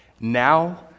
Now